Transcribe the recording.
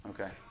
okay